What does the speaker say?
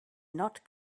not